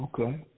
okay